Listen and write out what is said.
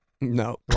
No